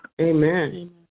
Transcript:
Amen